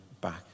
back